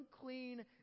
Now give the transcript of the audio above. unclean